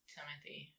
Timothy